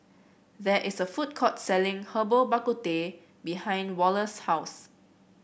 there is a food court selling Herbal Bak Ku Teh behind Wallace's house